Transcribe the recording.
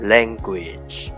Language